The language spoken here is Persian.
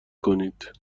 کنید